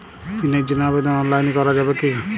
ঋণের জন্য আবেদন অনলাইনে করা যাবে কি?